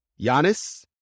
Giannis